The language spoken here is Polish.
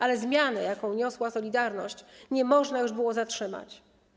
Ale zmiany, jaką niosła „Solidarność”, nie można już było zatrzymać.